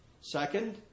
Second